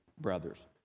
brothers